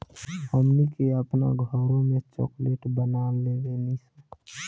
हमनी के आपन घरों में चॉकलेट बना लेवे नी सन